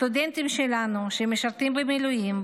סטודנטים שלנו שמשרתים במילואים,